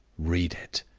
read it.